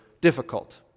difficult